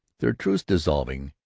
their truce dissolving,